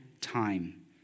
time